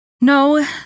No